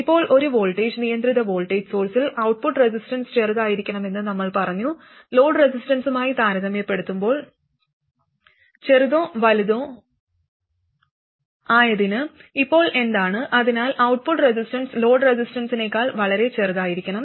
ഇപ്പോൾ ഒരു വോൾട്ടേജ് നിയന്ത്രിത വോൾട്ടേജ് സോഴ്സിൽ ഔട്ട്പുട്ട് റെസിസ്റ്റൻസ് ചെറുതായിരിക്കണമെന്ന് നമ്മൾ പറഞ്ഞു ലോഡ് റെസിസ്റ്റൻസുമായി താരതമ്യപ്പെടുത്തുമ്പോൾ ചെറുതോ വലുതോ ആയതിന് ഇപ്പോൾ എന്താണ് അതിനാൽ ഔട്ട്പുട്ട് റെസിസ്റ്റൻസ് ലോഡ് റെസിസ്റ്റൻസിനേക്കാൾ വളരെ ചെറുതായിരിക്കണം